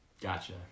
Gotcha